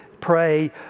pray